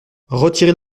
retirer